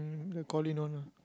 mm the Coleen one ah